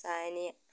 Sania